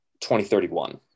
2031